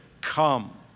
come